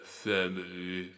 family